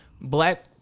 black